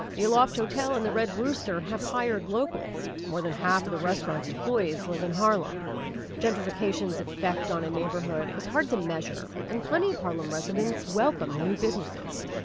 the aloft hotel and the red rooster have hired locals. more than half of the restaurant's employees live in harlem gentrification's effect on a neighborhood is hard to measure. and plenty of harlem residents welcome the new businesses.